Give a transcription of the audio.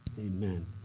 amen